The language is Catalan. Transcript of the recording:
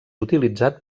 utilitzat